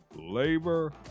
labor